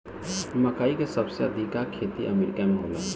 मकई के सबसे अधिका खेती अमेरिका में होला